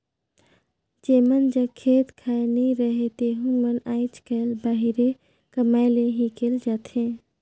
जेमन जग खेत खाएर नी रहें तेहू मन आएज काएल बाहिरे कमाए ले हिकेल जाथें